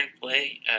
play